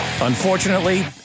Unfortunately